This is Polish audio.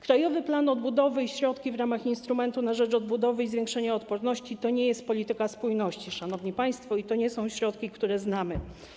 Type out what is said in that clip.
Krajowy Plan Odbudowy i środki w ramach instrumentu na rzecz odbudowy i zwiększenia odporności to nie jest polityka spójności, szanowni państwo, ani to nie są środki, które znamy.